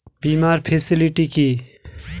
বীমার ফেসিলিটি কি?